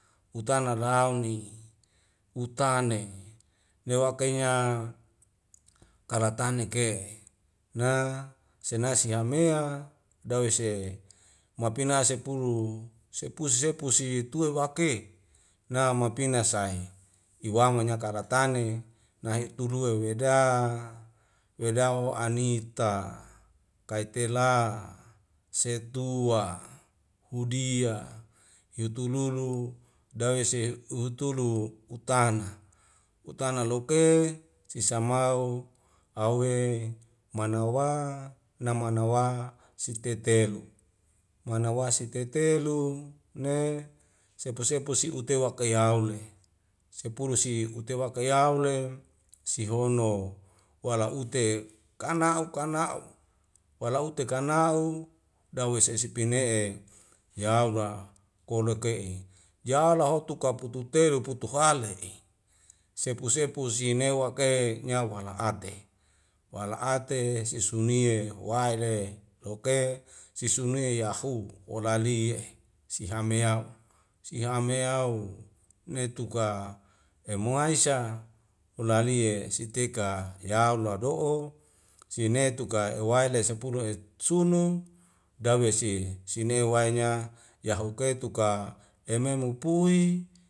Utana launi utane newaki a kalatanek ke na senasi hamea daweise mapina sepulu sepu sepusi tuawake namapina sai iwamanya karatane nahitulua waweda weda awa anita kaitela setua hudia yutululu dawese uhu tulu utana utana loke sisamau awe manawa wa namana wa sitetelu manawa si tetelu ne sepu sepu si utewak yaule sepulu si utewaka yaule sihono walaute kana'u kana'u walaute kana'u dawese sesepine'e yawa koleke'e yaula hotuk kaputu telu putu hale'i sepu sepu sinek ke nyau hala ate wala ate'e susinie wae le loke sisunia yahu olalie sihameau sihameau netuka emoai i sa holalie siteka yau la do'o sinetuka ewaile sepulu ets sunu dawese sineu waenya yahuke tuka ememu pui